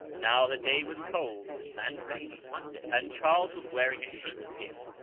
now the day was cold and rainy and charles was wearing a sheepskin,